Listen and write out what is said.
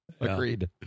agreed